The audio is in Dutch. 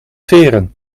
veren